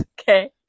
Okay